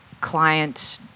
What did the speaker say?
client